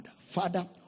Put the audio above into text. father